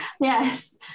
yes